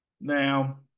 now